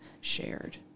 shared